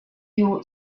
view